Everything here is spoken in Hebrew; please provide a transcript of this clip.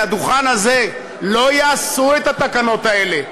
מהדוכן הזה: לא יעשו את התקנות האלה.